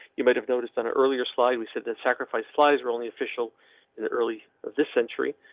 you might have noticed and an earlier slide. we said that sacrifice flies were only official in the early this century,